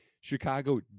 Chicago